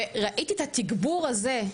וראיתי את התגבור הזה,